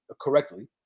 correctly